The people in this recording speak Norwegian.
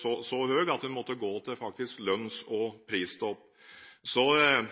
så høy at en faktisk måtte gå til lønns- og